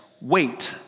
wait